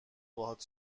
باهات